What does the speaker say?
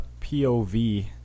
POV